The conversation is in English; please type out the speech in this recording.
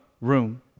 room